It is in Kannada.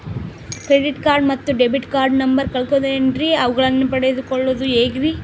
ಕ್ರೆಡಿಟ್ ಕಾರ್ಡ್ ಮತ್ತು ಡೆಬಿಟ್ ಕಾರ್ಡ್ ನಂಬರ್ ಕಳೆದುಕೊಂಡಿನ್ರಿ ಅವುಗಳನ್ನ ಪಡೆದು ಕೊಳ್ಳೋದು ಹೇಗ್ರಿ?